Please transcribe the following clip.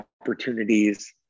opportunities